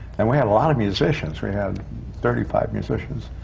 and we had a lot of musicians, we had thirty-five musicians.